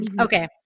Okay